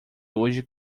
hoje